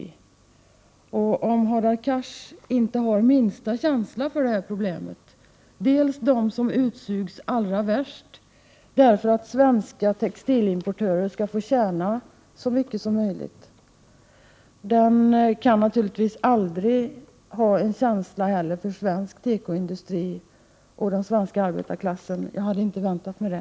Den som i likhet med Hadar Cars inte har minsta känsla för de här problemen, för dem som utsugs allra värst för att svenska textilimportörer skall få tjäna så mycket som möjligt, kan naturligtvis heller aldrig ha någon känsla för svensk tekoindustri och den svenska arbetarklassen. Jag hade inte väntat mig det.